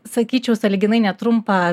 sakyčiau sąlyginai netrumpą